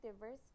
diverse